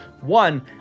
one